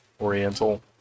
Oriental